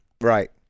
Right